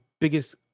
biggest